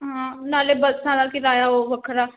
ਹਾਂ ਨਾਲੇ ਬੱਸਾਂ ਦਾ ਕਿਰਾਇਆ ਉਹ ਵੱਖਰਾ